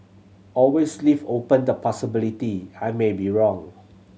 always leave open the possibility I may be wrong